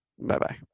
Bye-bye